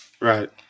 right